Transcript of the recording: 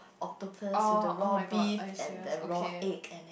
octopus with the raw beef and the raw egg and